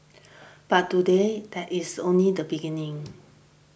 but today that is only the beginning